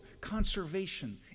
conservation